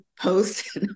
post